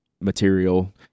material